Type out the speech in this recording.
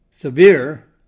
severe